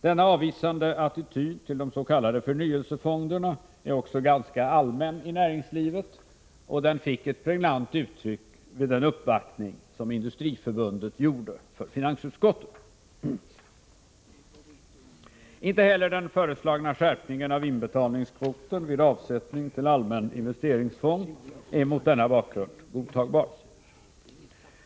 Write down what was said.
Denna avvisande attityd till de s.k. förnyelsefonderna är också ganska allmänt förekommande inom näringslivet, och den kom till pregnant uttryck vid en uppvaktning som Industriförbundet gjorde i finansutskottet. Inte heller den föreslagna skärpningen av inbetalningskvoten vid avsättning till allmän investeringsfond är mot denna bakgrund godtagbar.